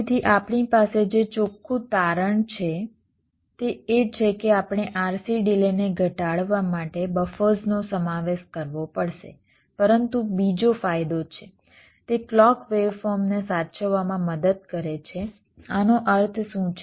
તેથી આપણી પાસે જે ચોખ્ખું તારણ છે તે એ છે કે આપણે RC ડિલેને ઘટાડવા માટે બફર્સનો સમાવેશ કરવો પડશે પરંતુ બીજો ફાયદો છે તે ક્લૉક વેવફોર્મને સાચવવામાં મદદ કરે છે આનો અર્થ શું છે